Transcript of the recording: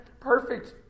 perfect